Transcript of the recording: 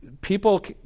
people